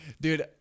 Dude